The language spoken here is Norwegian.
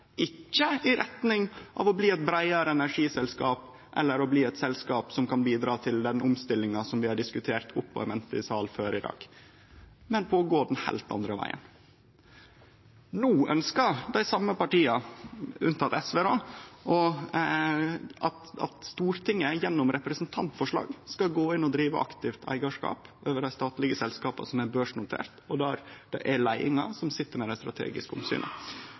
ikkje i retning av å bli eit breiare energiselskap eller å bli eit selskap som kan bidra til den omstillinga som vi har diskutert opp og i mente i salen før i dag, men til å gå den heilt andre vegen. No ønskjer dei same partia – unntatt SV – at Stortinget gjennom representantforslag skal gå inn og drive aktivt eigarskap over dei statlege selskapa som er børsnoterte, og der det er leiinga som sit med dei strategiske